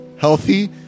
healthy